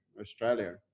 Australia